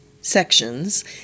sections